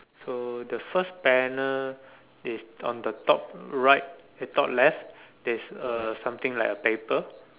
so the first panel is on the top right eh top left there's a something like a paper